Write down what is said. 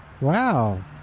Wow